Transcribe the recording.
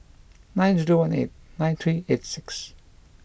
nine zero one eight nine three eight six